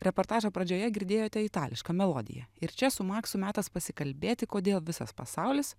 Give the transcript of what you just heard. reportažo pradžioje girdėjote itališką melodiją ir čia su maksu metas pasikalbėti kodėl visas pasaulis